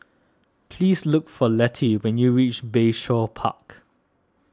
please look for Lettie when you reach Bayshore Park